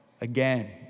again